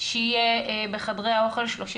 שיהיה בחדרי האוכל 35%,